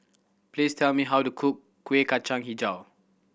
please tell me how to cook Kueh Kacang Hijau